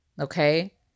Okay